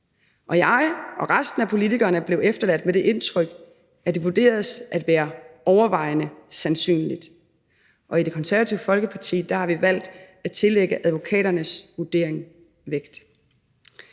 Og jeg og resten af politikerne blev efterladt med det indtryk, at det vurderes at være overvejende sandsynligt, og i Det Konservative Folkeparti har vi valgt at tillægge advokaternes vurdering vægt.